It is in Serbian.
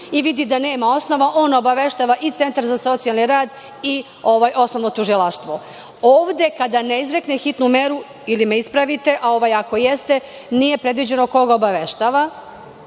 i vidi da nema osnova, on obaveštava i Centar za socijalni rad i osnovno tužilaštvo. Ovde, kada ne izrekne hitnu meru, ili me ispravite, a ako jeste, nije predviđeno koga obaveštava.